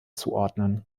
zuordnen